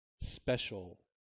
special